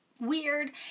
weird